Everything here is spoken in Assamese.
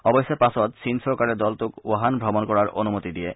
অৱশ্যে পাছত চীন চৰকাৰে দলটোক ৱহান প্ৰদেশ ভ্ৰমণ কৰাৰ অন্মতি দিয়ে